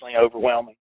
overwhelming